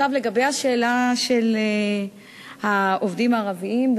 עכשיו לגבי השאלה של העובדים הערבים,